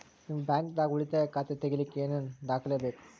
ನಿಮ್ಮ ಬ್ಯಾಂಕ್ ದಾಗ್ ಉಳಿತಾಯ ಖಾತಾ ತೆಗಿಲಿಕ್ಕೆ ಏನ್ ದಾಖಲೆ ಬೇಕು?